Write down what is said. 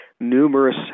numerous